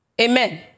Amen